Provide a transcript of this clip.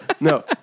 No